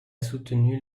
soutenu